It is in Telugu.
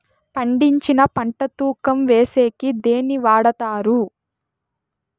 పండించిన పంట తూకం వేసేకి దేన్ని వాడతారు?